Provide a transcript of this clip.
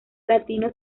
latino